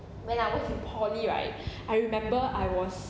when I was in poly right I remember I was